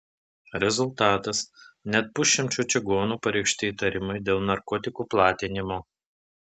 rezultatas net pusšimčiui čigonų pareikšti įtarimai dėl narkotikų platinimo